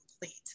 complete